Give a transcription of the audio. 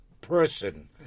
person